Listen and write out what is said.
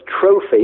trophy